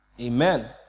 Amen